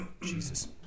Jesus